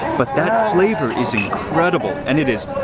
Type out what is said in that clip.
but that flavor is incredible, and it is,